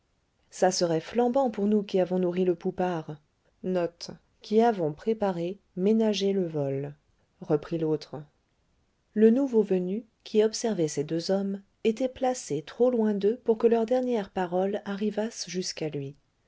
ça serait flambant pour nous qui avons nourri le poupard reprit l'autre le nouveau venu qui observait ces deux hommes était placé trop loin d'eux pour que leurs dernières paroles arrivassent jusqu'à lui